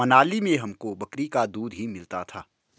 मनाली में हमको बकरी का दूध ही मिलता था